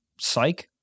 Psych